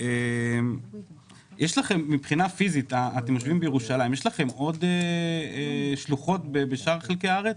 אבל האם יש לכם עוד שלוחות בשאר חלקי הארץ?